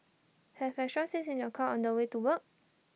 have extra seats in your car on the way to work